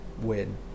win